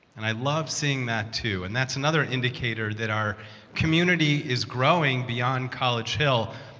and i love seeing that too. and that's another indicator that our community is growing beyond college hill.